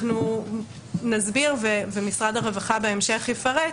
אנחנו נסביר, ומשרד הרווחה בהמשך יפרט,